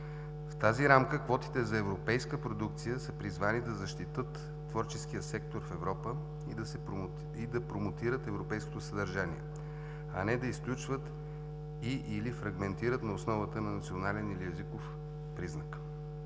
В тази рамка квотите за европейска продукция са призвани да защитят творческия сектор в Европа и да промотират европейското съдържание, а не да изключват и/или фрагментират на основата на национален или езиков признак.